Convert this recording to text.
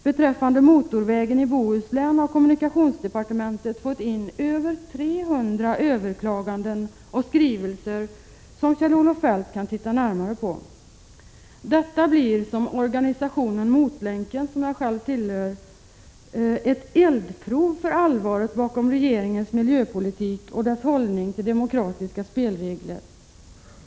Beträffande motorvägen i Bohuslän har kommunikationsdepartementet fått in över 300 överklaganden och skrivelser som Kjell-Olof Feldt kan titta närmare på. Detta blir, som organisationen Motlänken, som jag själv tillhör, menar, ett eldprov för allvaret bakom regeringens miljöpolitik och dess hållning till demokratiska spelregler.